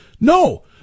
No